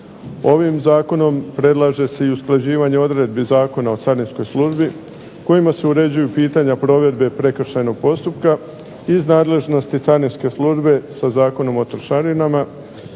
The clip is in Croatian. Ovim zakonom predlaže se i usklađivanje odredbi Zakona o carinskoj službi, kojima se uređuju pitanja provedbe prekršajnog postupka, iz nadležnosti carinske službe sa Zakonom o trošarinama